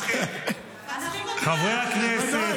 מצחיק אותך?